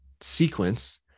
sequence